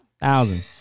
Thousand